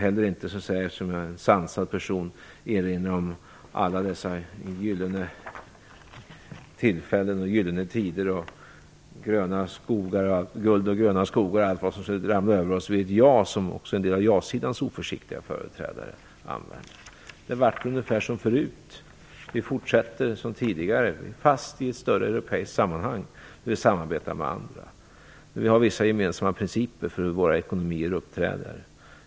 Eftersom jag är en sansad person skall jag inte heller erinra om alla de gyllene tillfällen och guld och gröna skogar som skulle ramla över oss vid ett ja som en del av ja-sidans oförsiktiga företrädare använde. Det vart ungefär som förut. Vi fortsätter som tidigare. Vi är fast i ett större europeiskt sammanhang där vi samarbetar med andra. Vi har vissa gemensamma principer för hur våra ekonomier uppträder.